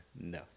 No